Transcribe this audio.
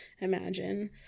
imagine